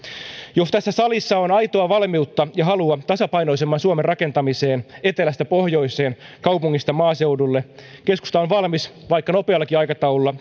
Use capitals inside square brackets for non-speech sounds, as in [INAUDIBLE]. jos tässä salissa on aitoa valmiutta ja halua tasapainoisemman suomen rakentamiseen etelästä pohjoiseen kaupungeista maaseudulle keskusta on valmis vaikka nopeallakin aikataululla [UNINTELLIGIBLE]